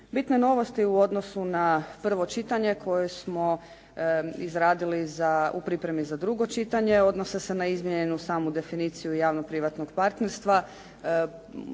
Bitne novosti u odnosu na prvo čitanje koje smo izradili za, u pripremi za drugo čitanje odnose se na izmijenjenu samu definiciju javno-privatnog partnerstva.